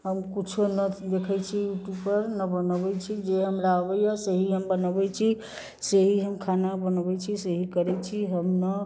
हम किछु नहि देखैटी छी यु टूब पर नहि बनबैत छी जे हमरा अबैया सेहि हम बनबैत छी सेहि हम खाना बनबैत छी सेहि करैत छी हम ने